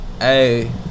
Hey